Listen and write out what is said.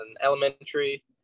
elementary